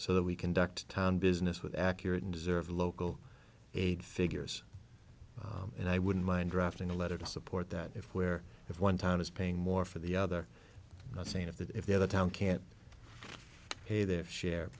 so that we conduct town business with accurate and deserve local aid figures and i wouldn't mind drafting a letter to support that if where if one town is paying more for the other saying if that if the other town can't pay their share